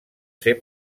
ser